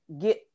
get